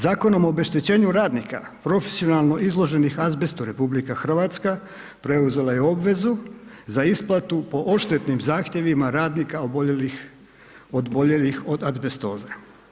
Zakonom o obeštećenju radnika profesionalno izloženih azbestu, RH preuzela je obvezu za isplatu po odštetnim zahtjevima radnika oboljelih od azbestoze.